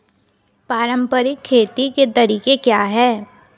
पारंपरिक खेती के तरीके क्या हैं?